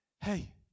hey